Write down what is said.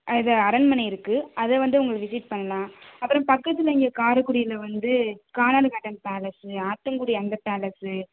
அது அரண்மனை இருக்கு அதை வந்து உங்களுக்கு விசிட் பண்ணலாம் அப்புறம் பக்கத்தில் இங்கே காரக்குடியில வந்து கானாடுகாத்தான் பேலஸ்ஸு ஆத்தங்குடி அந்த பேலஸ்ஸு